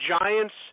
Giants